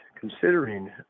considering